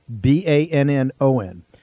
B-A-N-N-O-N